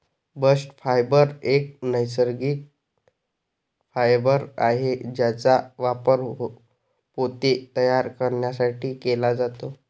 bast fibre एक नैसर्गिक fibre आहे ज्याचा वापर पोते तयार करण्यासाठी केला जातो